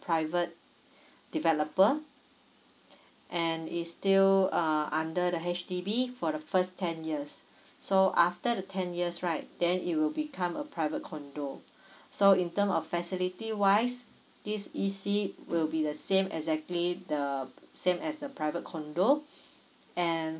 private developer and is still uh under the H_D_B for the first ten years so after the ten years right then it will become a private condo so in term of facility wise this E_C will be the same exactly the same as the private condo and